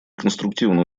конструктивно